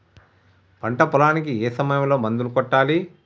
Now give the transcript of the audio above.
పంట పొలానికి ఏ సమయంలో మందులు కొట్టాలి?